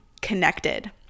connected